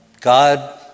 God